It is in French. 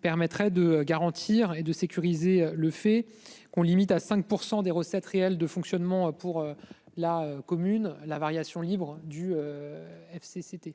permettrait de garantir et de sécuriser le fait qu'on limite à 5% des recettes réelles de fonctionnement pour la commune. La variation libre du. FC